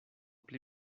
pli